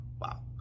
wow